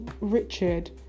Richard